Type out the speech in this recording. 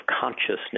consciousness